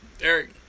Eric